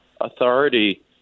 authority